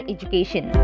Education